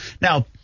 Now